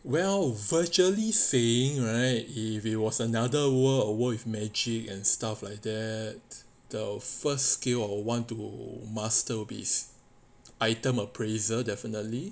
well virtually saying right if it was another world a world with magic and stuff like that the first skill or want to master be item appraisal definitely